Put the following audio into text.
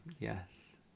yes